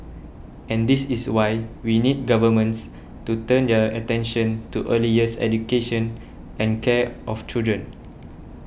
and this is why we need governments to turn their attention to early years education and care of children